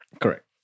Correct